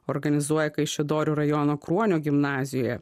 organizuoja kaišiadorių rajono kruonio gimnazijoje